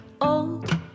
old